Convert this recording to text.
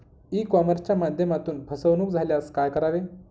E कॉमर्सच्या माध्यमातून फसवणूक झाल्यास काय करावे?